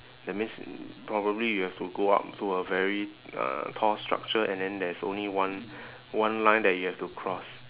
that means probably you have to go up to a very uh tall structure and then there is only one one line that you have to cross